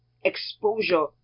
exposure